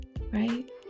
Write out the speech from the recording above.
Right